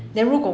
mm